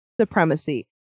supremacy